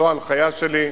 זו הנחיה שלי,